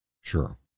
Sure